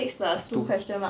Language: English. plus two